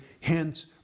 hence